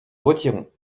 retirons